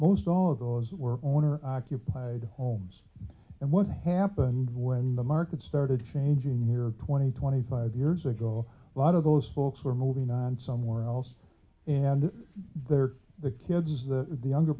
most all of those were owner occupied homes and what happened when the market started changing here twenty twenty five years ago a lot of those folks were moving on somewhere else and they're the kids that the younger